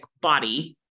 body